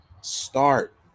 start